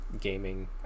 gaming